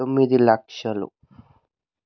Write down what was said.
తొమ్మిది లక్షలు